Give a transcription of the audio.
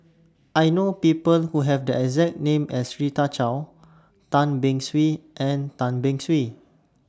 I know People Who Have The exact name as Rita Chao Tan Beng Swee and Tan Beng Swee